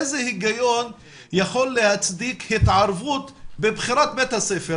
איזה היגיון יכול להצדיק התערבות בבחירת בית הספר,